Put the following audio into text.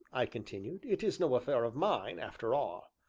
i continued, it is no affair of mine, after all.